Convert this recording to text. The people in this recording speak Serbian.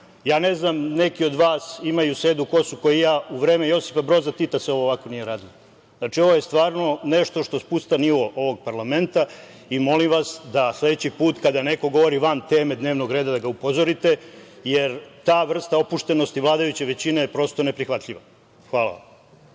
znam, neki od vas imaju sedu kosu, kao i ja, a u vreme Josipa Broza Tita se ovako nije radilo. Znači, ovo je stvarno nešto što spušta nivo ovog parlamenta i molim vas sledeći put, kada neko govori van teme dnevnog reda, da ga upozorite, jer ta vrsta opuštenosti vladajuće većine je prosto neprihvatljiva. Hvala.